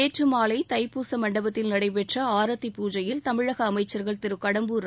நேற்று மாலை தைப்பூச மண்டபத்தில் நடைபெற்ற ஆரத்தி பூஜையில் தமிழக அமைச்சர்கள் திருகடம்பூர் திரு